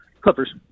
Clippers